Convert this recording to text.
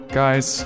guys